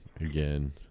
again